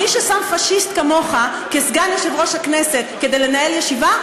מי ששם פאשיסט כמוך כסגן יושב-ראש הכנסת כדי לנהל ישיבה,